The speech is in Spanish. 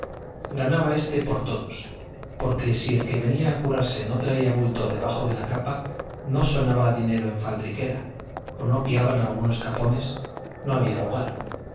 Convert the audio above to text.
ganaba este por todos porque si el que venía a curarse no traía bulto debajo de la capa no sonaba dinero en faldriquera o no piaban algunos capones no había lugar